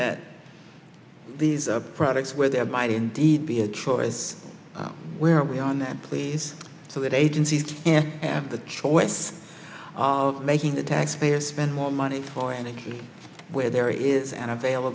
that these products where there might indeed be a choice where are we on that please so that agencies have the choice of making the taxpayer spend more money for in the cases where there is an avail